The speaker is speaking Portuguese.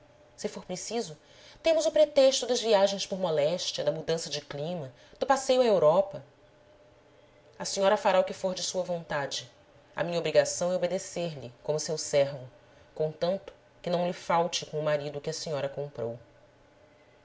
se for preciso temos o pretexto das viagens por moléstia da mudança de clima do passeio à europa a senhora fará o que for de sua vontade a minha obrigação é obedecer-lhe como seu servo contanto que não lhe falte com o marido que a senhora comprou